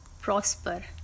prosper